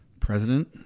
president